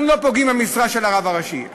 אנחנו לא פוגעים במשרה של הרב הראשי,